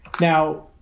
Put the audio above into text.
Now